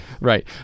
Right